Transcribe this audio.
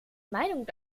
meinung